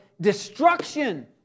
destruction